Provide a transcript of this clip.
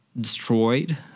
destroyed